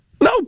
No